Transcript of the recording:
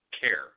care